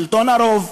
שלטון הרוב.